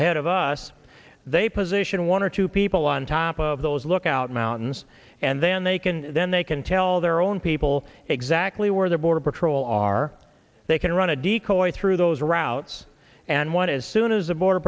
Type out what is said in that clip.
ahead of us they position one or two people on top of those lookout mountains and then they can then they can tell their own people exactly where their border patrol are they can run a decoys through those routes and one as soon as the border